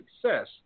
success